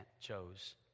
chose